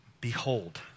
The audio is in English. Behold